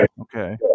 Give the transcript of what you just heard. Okay